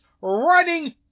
running